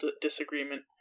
disagreement